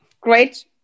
great